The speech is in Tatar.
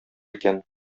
икән